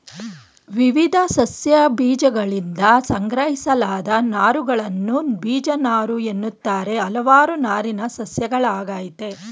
ವಿವಿಧ ಸಸ್ಯಗಳಬೀಜಗಳಿಂದ ಸಂಗ್ರಹಿಸಲಾದ ನಾರುಗಳನ್ನು ಬೀಜನಾರುಎನ್ನುತ್ತಾರೆ ಹಲವಾರು ನಾರಿನ ಸಸ್ಯಗಳಯ್ತೆ